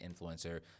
influencer